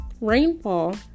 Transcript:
rainfall